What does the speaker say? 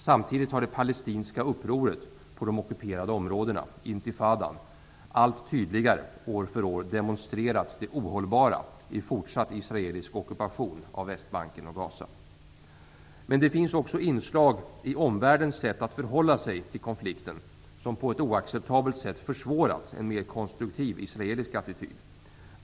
Samtidigt har det palestinska upproret på de ockuperade områdena, intifadan, allt tydligare år från år demonstrerat det ohållbara i fortsatt israelisk ockupation av Men det finns också inslag i omvärldens sätt att förhålla sig till konflikten som på ett oacceptabelt sätt har försvårat en mer konstruktiv israelisk attityd.